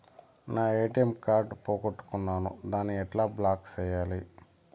నా ATM card పోగొట్టుకున్నాను, దాన్ని ఎట్లా బ్లాక్ సేయాలి?